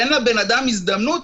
תן לבן אדם הזדמנות,